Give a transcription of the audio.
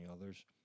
others